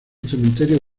cementerio